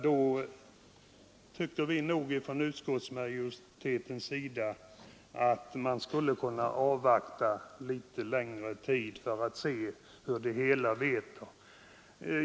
Då tycker vi inom utskottsmajoriteten att man skulle kunna avvakta litet längre tid för att se hur det hela utvecklar sig.